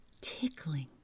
tickling